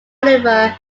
olivier